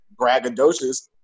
braggadocious